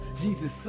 Jesus